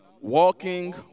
walking